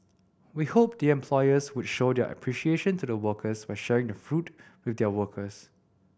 we hope the employers would show their appreciation to the workers by sharing the fruit with their workers